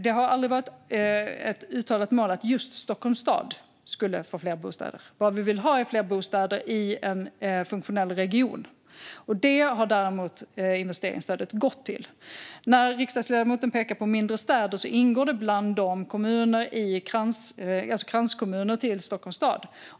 Det har aldrig varit ett uttalat mål att just Stockholms stad skulle få fler bostäder. Vad vi vill ha är fler bostäder i en funktionell region. Det har investeringsstödet däremot gått till. När riksdagsledamoten pekar på mindre städer ingår bland dem kranskommuner till Stockholms stad.